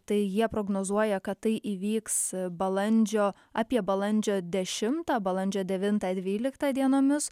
tai jie prognozuoja kad tai įvyks balandžio apie balandžio dešimtą balandžio devintą dvyliktą dienomis